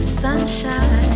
sunshine